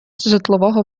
житлового